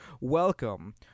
Welcome